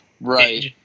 Right